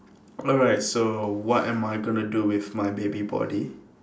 alright so what am I gonna do with my baby body